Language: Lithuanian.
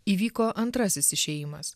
įvyko antrasis išėjimas